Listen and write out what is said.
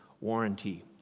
warranty